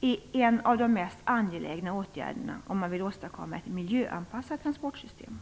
är en av de mest angelägna åtgärderna om man vill åstadkomma ett miljöanpassat transportsystem.